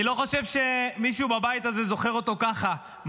אני לא חושב שמישהו בבית הזה זוכר אותו ככה,